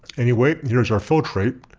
anyway here is our filtrate,